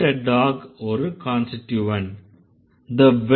brought a dog ஒரு constituent